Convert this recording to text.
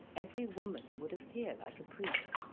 every woman would appear like a priest,